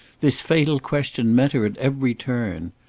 this fatal question met her at every turn.